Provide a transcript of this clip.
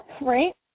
Right